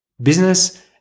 business